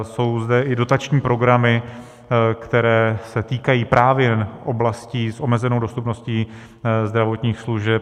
Jsou zde i dotační programy, které se týkají právě oblastí s omezenou dostupností zdravotních služeb.